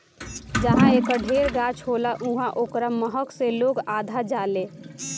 जहाँ एकर ढेर गाछ होला उहाँ ओकरा महक से लोग अघा जालें